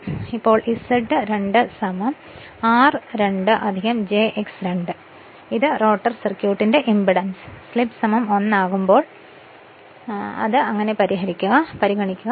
അതിനാൽ ഇപ്പോൾ Z2 r2 jX2 എന്നതിനായുള്ള റോട്ടർ സർക്യൂട്ടിന്റെ ഇംപെഡൻസ് സ്ലിപ്പ് 1 ആകുമ്പോൾ അത് നിശ്ചലമാകുമ്പോൾ പരിഗണിക്കുക